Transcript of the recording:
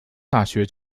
大学